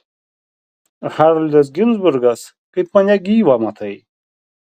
haroldas ginzburgas kaip mane gyvą matai